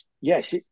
yes